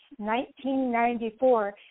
1994